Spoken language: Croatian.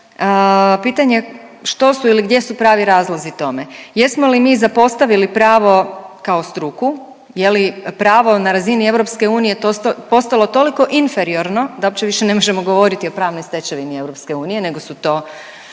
pitanje što su ili gdje su pravi razlozi tome? Jesmo li mi zapostavili pravo kao struku, je li pravo na razini EU postalo toliko inferiorno da uopće više ne možemo govoriti o pravnoj stečevini EU nego su to